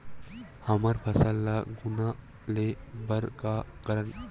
हमर फसल ल घुना ले बर का करन?